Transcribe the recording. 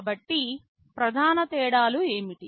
కాబట్టి ప్రధాన తేడాలు ఏమిటి